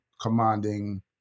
commanding